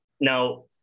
Now